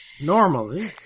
normally